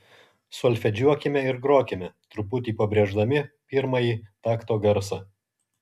solfedžiuokime ir grokime truputį pabrėždami pirmąjį takto garsą